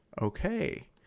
Okay